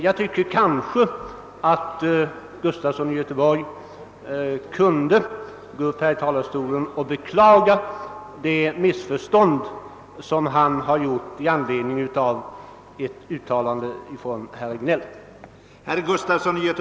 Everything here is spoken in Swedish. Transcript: Jag tycker att herr Gustafson i Göteborg ifrån talarstolen kunde beklaga sin missuppfattning av herr Regnélls uttalande.